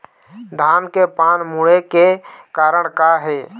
धान के पान मुड़े के कारण का हे?